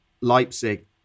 Leipzig